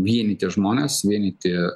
vienyti žmones vienyti